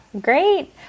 Great